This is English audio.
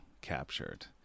captured